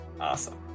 Awesome